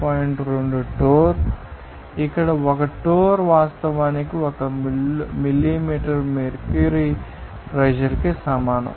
2 torr ఇక్కడ 1 torr వాస్తవానికి 1 millimetre mercury pressure నికి సమానం